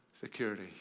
security